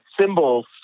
symbols